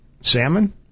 Salmon